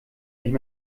nicht